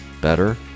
Better